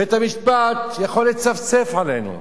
בית-המשפט יכול לצפצף עלינו,